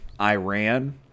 Iran